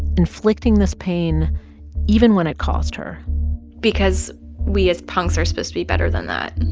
inflicting this pain even when it cost her because we as punks are supposed to be better than that.